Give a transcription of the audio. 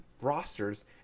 rosters